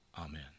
Amen